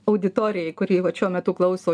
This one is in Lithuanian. auditorijai kuri vat šiuo metu klauso